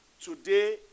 today